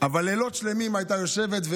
אבל לילות שלמים היא הייתה יושבת,